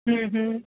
ਹੁੰ ਹੁੰ